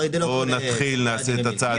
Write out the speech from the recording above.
בואו נתחיל ונעשה את הצעד הראשון.